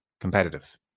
competitive